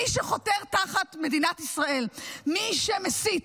מי שחותר תחת מדינת ישראל, מי שמסית,